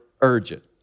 urgent